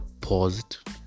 paused